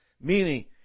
Meaning